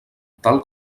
tal